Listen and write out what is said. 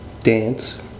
Dance